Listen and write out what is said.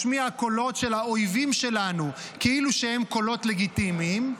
משמיע קולות של האויבים שלנו כאילו שהם קולות לגיטימיים.